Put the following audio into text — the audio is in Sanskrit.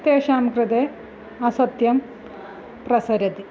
तेषां कृते असत्यं प्रसरति